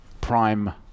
prime